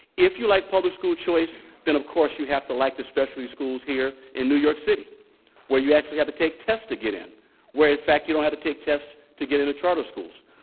if you like public school choice, then of course you have to like the specialty schools here in new york city where you actually have to take tests to get in where, in fact, you don't have to take tests to get into charter schools,